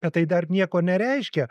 bet tai dar nieko nereiškia